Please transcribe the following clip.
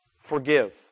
forgive